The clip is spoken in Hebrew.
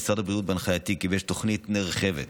משרד הבריאות בהנחייתי גיבש תוכנית נרחבת